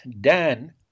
Dan